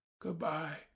good-bye